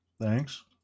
Thanks